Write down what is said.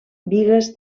bigues